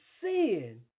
sin